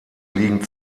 liegen